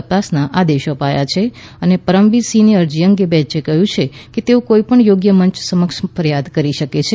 તપાસનો આદેશ અપાયો છે અને પરમ બીર સિંહની અરજી અંગે બેંચે કહ્યું કે તેઓ કોઈપણ યોગ્ય મંચ સમક્ષ ફરિયાદ કરી શકે છે